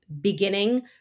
beginning